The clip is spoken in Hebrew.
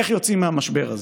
איך יוצאים מהמשבר הזה.